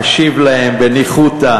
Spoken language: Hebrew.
משיב להם בניחותא,